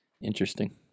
Interesting